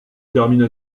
termine